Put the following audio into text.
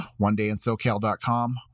onedayinsocal.com